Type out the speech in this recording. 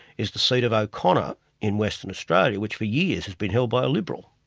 is the seat of o'connor in western australia, which for years has been held by a liberal,